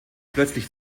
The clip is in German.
plötzlich